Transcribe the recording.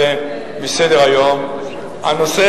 אדוני